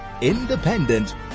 Independent